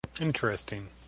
Interesting